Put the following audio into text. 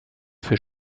für